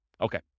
Okay